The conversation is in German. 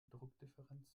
druckdifferenz